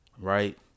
Right